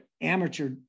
amateur